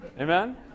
Amen